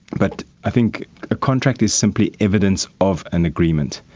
but i think a contract is simply evidence of an agreement.